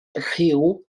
rhyw